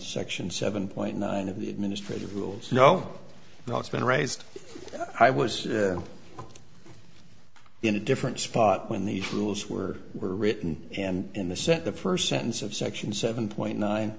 section seven point nine of the administrative rules no no it's been raised i was in a different spot when these rules were were written and the sent the first sentence of section seven point nine